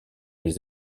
les